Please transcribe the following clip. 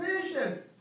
Patience